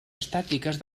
estàtiques